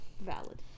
Valid